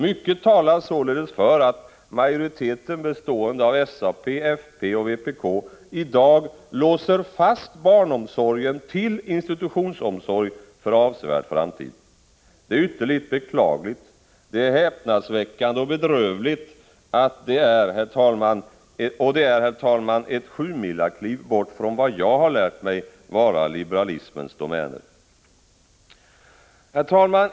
Mycket talar således för att majoriteten bestående av SAP, fp och vpk i dag låser fast barnomsorgen till institutionsomsorg för avsevärd framtid. Det är ytterligt beklagligt, det är häpnadsväckande och bedrövligt och det är, herr talman, ett sjumilakliv bort från vad jag har lärt mig vara liberalismens domäner. Herr talman!